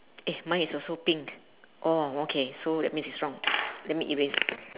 eh mine is also pink orh okay so that means it's wrong let me erase